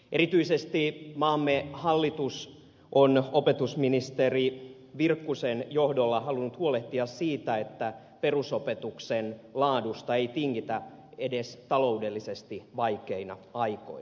erityisesti maamme hallitus on opetusministeri virkkusen johdolla halunnut huolehtia siitä että perusopetuksen laadusta ei tingitä edes taloudellisesti vaikeina aikoina